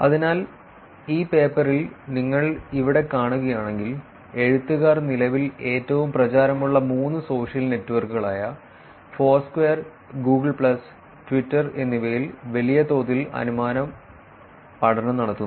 അതിനാൽ ഈ പേപ്പറിൽ നിങ്ങൾ ഇവിടെ കാണുകയാണെങ്കിൽ എഴുത്തുകാർ നിലവിൽ ഏറ്റവും പ്രചാരമുള്ള മൂന്ന് സോഷ്യൽ നെറ്റ്വർക്കുകളായ ഫോർസ്ക്വയർ ഗൂഗിൾ പ്ലസ് ട്വിറ്റർ എന്നിവയിൽ വലിയ തോതിൽ അനുമാന പഠനം നടത്തുന്നു